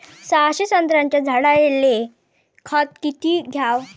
सहाशे संत्र्याच्या झाडायले खत किती घ्याव?